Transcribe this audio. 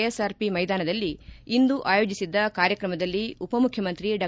SRP ಮೈದಾನದಲ್ಲಿ ಇಂದು ಆಯೋಜಿಸಿದ್ದ ಕಾರ್ಯಕ್ರಮದಲ್ಲಿ ಉಪ ಮುಖ್ಯಮಂತ್ರಿ ಡಾ